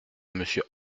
monsieur